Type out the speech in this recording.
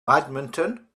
badminton